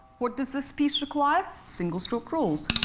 what does this piece require? single-stroke rolls.